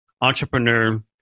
entrepreneur